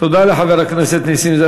תודה לחבר הכנסת נסים זאב.